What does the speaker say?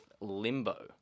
limbo